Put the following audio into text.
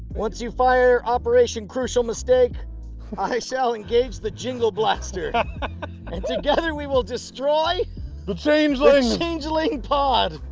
once you fire operation crucial mistake i shall engage the jingle blaster. and together we will destroy the changeling changeling pod.